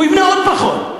הוא יבנה עוד פחון.